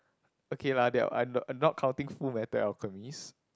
okay lah they are not not counting Fullmetal-Alchemist